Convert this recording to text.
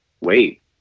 wait